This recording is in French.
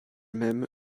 même